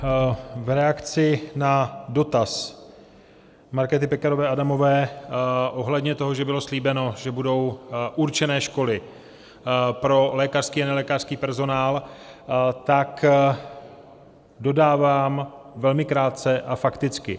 V reakci na dotaz Markéty Pekarové Adamové ohledně toho, že bylo slíbeno, že budou určené školy pro lékařský a nelékařský personál, dodávám velmi krátce a fakticky.